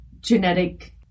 genetic